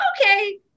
okay